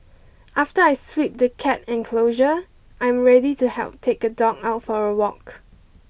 after I sweep the cat enclosure I am ready to help take a dog out for a walk